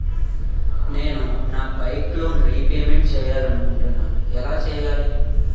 నేను నా bike loan repayment చేయాలనుకుంటున్నా ఎలా చేయాలి?